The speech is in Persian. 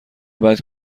بعد